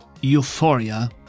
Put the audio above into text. euphoria